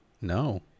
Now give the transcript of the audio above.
No